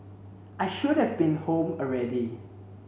I should have been home already